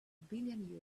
billion